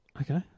Okay